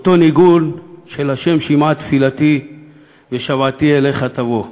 אותו ניגון של "ה' שמעה תפילתי ושוועתי אליך תבוא".